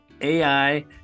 AI